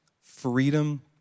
freedom